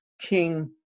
king